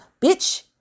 bitch